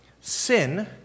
Sin